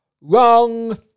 Wrong